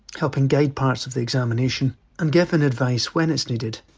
helping guide parts of the examination and giving advice, when it's needed,